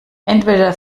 entweder